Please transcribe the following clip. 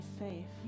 safe